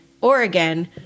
Oregon